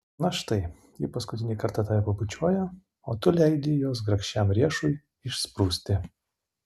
na štai ji paskutinį kartą tave pabučiuoja o tu leidi jos grakščiam riešui išsprūsti